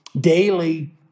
daily